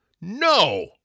No